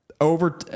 over